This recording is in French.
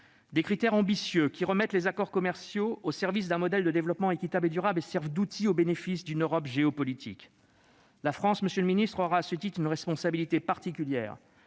être ambitieux et remettre les accords commerciaux au service d'un modèle de développement équitable et durable qui serve d'outil au bénéfice d'une Europe géopolitique. La France, monsieur le ministre, aura, à ce titre, une responsabilité particulière,